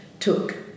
Took